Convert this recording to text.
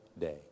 day